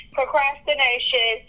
Procrastination